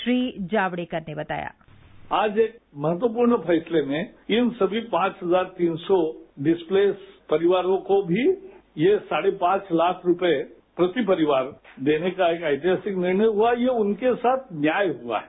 श्री जावड़ेकर ने बताया आज एक महत्वपूर्ण फैसले में इन सभी पांव हजार तीन सौ डिसप्लेस परिवारों को भी ये साढ़े पांव लाख रुपये प्रति परिवार देने का एक ऐतिहासिक निर्णय हुआ ये उनके साथ न्याय हुआ है